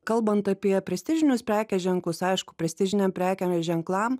kalbant apie prestižinius prekės ženklus aišku prestižiniam prekėm ir ženklam